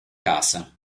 casa